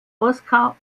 oscar